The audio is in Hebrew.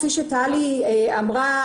כפי שטלי אמרה,